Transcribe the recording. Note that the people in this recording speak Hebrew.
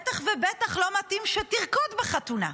בטח ובטח לא מתאים שתרקוד בחתונה.